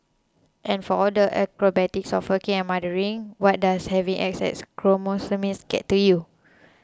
and for all the acrobatics of working and mothering what does having X X chromosomes get you